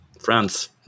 France